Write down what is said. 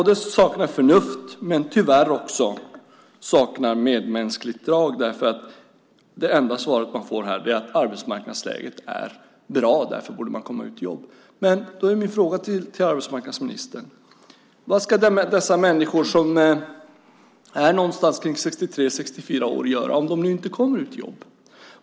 Den saknar förnuft, men den saknar tyvärr också medmänskliga drag. Det enda svaret man får här är att arbetsmarknadsläget är bra och därför borde man komma ut i jobb. Vad ska dessa människor, arbetsmarknadsministern, som är 63-64 år göra om de inte kommer ut i jobb?